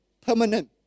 permanent